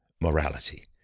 morality